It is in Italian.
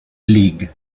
league